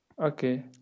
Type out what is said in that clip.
Okay